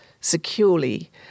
securely